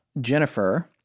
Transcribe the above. Jennifer